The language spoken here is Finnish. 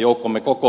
joukkomme kokoa afganistanissa